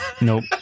Nope